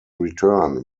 return